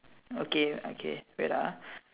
okay okay wait ah